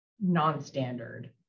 non-standard